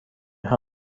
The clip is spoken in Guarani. ha